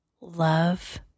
love